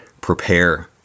prepare